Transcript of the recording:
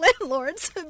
landlords